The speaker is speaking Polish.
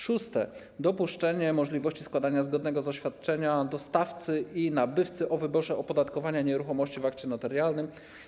Szóste, dopuszczenie możliwości składania zgodnego oświadczenia dostawcy i nabywcy o wyborze opodatkowania nieruchomości w akcie notarialnym.